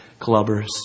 clubbers